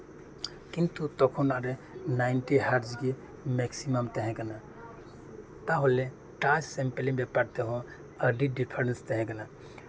ᱠᱤᱱᱛᱩ ᱛᱚᱠᱷᱚᱱᱟᱜ ᱨᱮ ᱱᱟᱭᱤᱱᱴᱤ ᱦᱟᱨᱡ ᱜᱮ ᱢᱮᱠᱥᱤᱢᱟᱢ ᱛᱟᱦᱮᱸ ᱠᱟᱱᱟ ᱛᱟᱦᱞᱮ ᱴᱟᱣᱟᱨ ᱥᱮᱢᱯᱮᱞᱤᱝ ᱵᱮᱯᱟᱨ ᱛᱮᱦᱚᱸ ᱟᱹᱰᱤ ᱰᱤᱯᱷᱟᱨᱮᱱᱥ ᱛᱟᱦᱮ ᱠᱟᱱᱟ